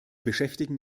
beschäftigen